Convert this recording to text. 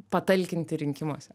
patalkinti rinkimuose